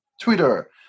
twitter